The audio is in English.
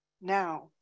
now